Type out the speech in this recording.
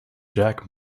jack